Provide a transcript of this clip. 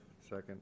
second